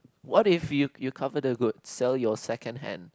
what if you you cover the goods sell your second hand